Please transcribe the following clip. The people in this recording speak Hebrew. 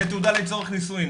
זו תעודה לצורך נישואים.